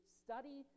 study